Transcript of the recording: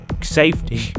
safety